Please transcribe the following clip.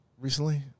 recently